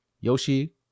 Yoshi